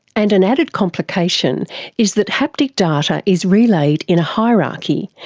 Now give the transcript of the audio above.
and an added complication is that haptic data is relayed in a hierarchy,